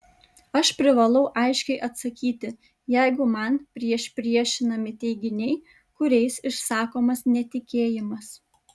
aš privalau aiškiai atsakyti jeigu man priešpriešinami teiginiai kuriais išsakomas netikėjimas